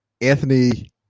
Anthony